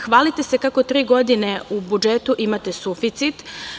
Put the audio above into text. Hvalite se kako tri godine u budžetu imate suficit.